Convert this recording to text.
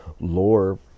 lore